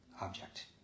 object